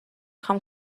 خوام